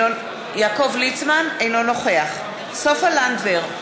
אינו נוכח סופה לנדבר,